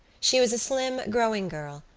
she was a slim, growing girl,